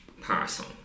person